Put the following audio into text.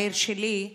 העיר שלי.